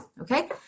Okay